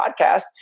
podcast